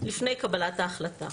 לפני קבלת ההחלטה.